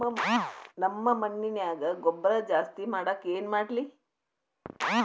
ನಮ್ಮ ಮಣ್ಣಿನ್ಯಾಗ ಗೊಬ್ರಾ ಜಾಸ್ತಿ ಮಾಡಾಕ ಏನ್ ಮಾಡ್ಲಿ?